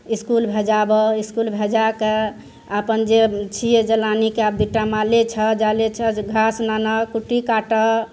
इसकुल भेजाबऽ इसकुल भेजाके अपन जे छियै जलानीके आब दू टा माले छऽ जाले छहऽ घास लानऽ कुट्टी काटऽ